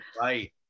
Right